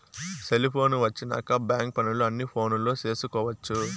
cellphone వచ్చినాక bank పనులు అన్ని ఫోనులో చేసుకొవచ్చు